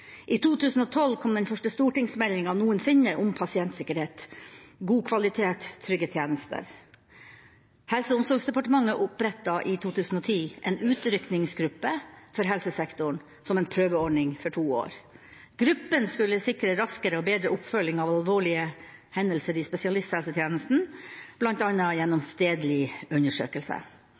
I 2012 kom den første stortingsmeldingen noensinne om pasientsikkerhet, «God kvalitet – trygge tjenester». Helse og omsorgsdepartementet opprettet i 2010 en utrykningsgruppe for helsesektoren som en prøveordning for to år. Gruppen skulle sikre raskere og bedre oppfølging av alvorlige hendelser i spesialisthelsetjenesten, bl.a. gjennom